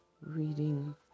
reading